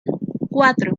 cuatro